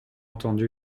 entendu